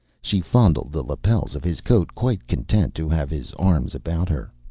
she fondled the lapels of his coat, quite content to have his arms about her.